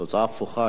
תוצאה הפוכה.